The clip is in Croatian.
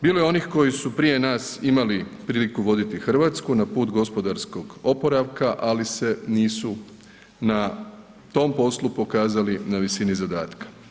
Bilo je onih koji su prije nas imali priliku voditi Hrvatsku na put gospodarskog oporavka ali se nisu na tom poslu pokazali na visini zadatka.